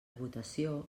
votació